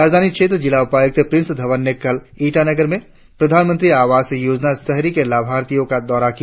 राजधानी क्षेत्र जिला उपायुक्त प्रिंस धवन ने कल ईटानगर में प्रधानमंत्री आवास योजना शहरी के लाभार्थियों का दौरा किया